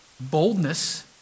boldness